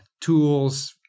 tools